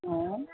অঁ